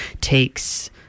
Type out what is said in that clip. takes